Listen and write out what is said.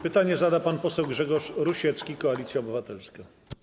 Pytanie zada pan poseł Grzegorz Rusiecki, Koalicja Obywatelska.